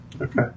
Okay